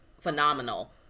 phenomenal